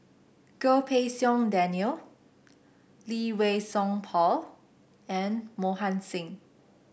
Goh Pei Siong Daniel Lee Wei Song Paul and Mohan Singh